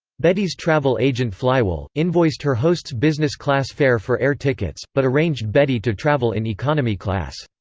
bedi's travel agent flywell, invoiced her hosts business class fare for air tickets, but arranged bedi to travel in economy class.